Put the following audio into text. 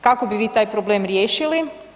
Kako bi vi taj problem riješili?